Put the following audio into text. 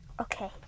Okay